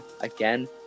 again